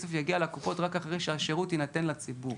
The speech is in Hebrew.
הכסף יגיע לקופות רק אחרי שהשירות ייכנס לציבור.